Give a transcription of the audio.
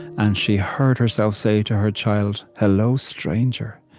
and she heard herself say to her child, hello, stranger.